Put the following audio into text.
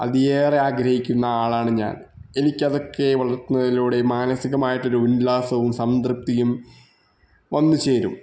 അതിയേറെ ആഗ്രഹിക്കുന്ന ആളാണ് ഞാന് എനിക്കതൊക്കെ വളര്ത്തുന്നതിലൂടെ മനസികമായിട്ടൊരു ഉല്ലാസവും സംതൃപ്തിയും വന്നുചേരും